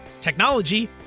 technology